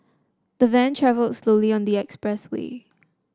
the van travelled slowly on the express way